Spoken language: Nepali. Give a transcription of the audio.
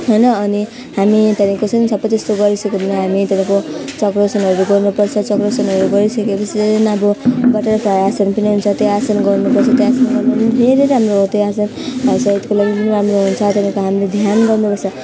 होइन अनि हामी त्यहाँदेखिको चाहिँ सब त्यस्तो गरिसक्यो भने हामी त्यहाँदेखिको चक्रासनहरू गर्नु पर्छ चक्रासनहरू गरिसके पछि अब बट्टरफ्लाई आसन पनि हुन्छ त्यो आसन गर्नु पर्छ त्यो आसन गर्नु पनि धेरै राम्रो हो त्यो आसन सेहतको लागि पनि राम्रो हुन्छ त्यहाँदेखिको हामीले ध्यान गर्नु पर्छ